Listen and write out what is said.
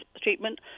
treatment